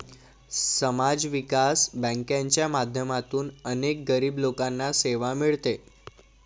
समाज विकास बँकांच्या माध्यमातून अनेक गरीब लोकांना सेवा मिळते